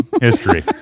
history